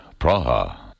Praha